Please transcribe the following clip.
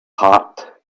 heart